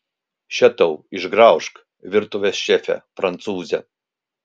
še tau išgraužk virtuvės šefe prancūze